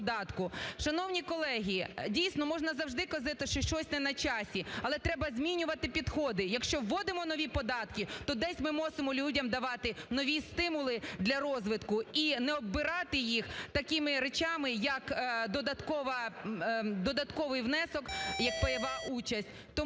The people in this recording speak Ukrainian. Шановні колеги, дійсно, можна завжди казати, що щось не на часі. Але треба змінювати підходи, якщо вводимо нові податки, то десь ми мусимо людям давати нові стимули для розвитку і не оббирати їх такими речами як додатковий внесок як пайова участь.